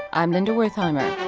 i'm linda wertheimer